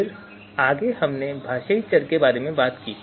फिर आगे हमने भाषाई चर के बारे में बात की